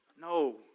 No